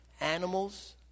animals